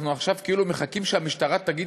אנחנו עכשיו כאילו מחכים שהמשטרה תגיד